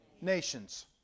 nations